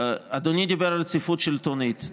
אדוני דיבר על רציפות שלטונית.